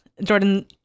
Jordan